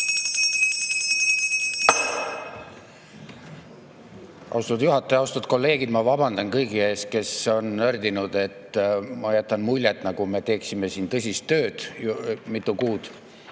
Austatud juhataja! Austatud kolleegid! Ma vabandan kõigi ees, kes on nördinud, sest ma jätan mulje, nagu me teeksime siin tõsist tööd mitu kuud.